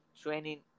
training